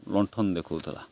ଲଣ୍ଠନ ଦେଖାଉଥିଲା